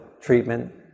treatment